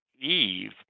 Eve